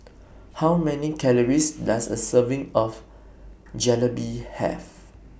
How Many Calories Does A Serving of Jalebi Have